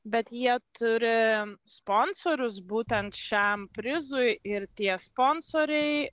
bet jie turi sponsorius būtent šiam prizui ir tie sponsoriai